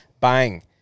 Bang